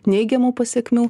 neigiamų pasekmių